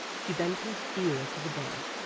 she bent her ear to the bed,